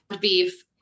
beef